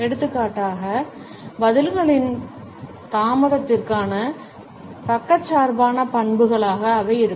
எடுத்துக்காட்டாக பதில்களின் தாமதத்திற்கான பக்கச்சார்பான பண்புகளாக அவை இருக்கும்